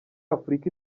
afurika